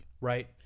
right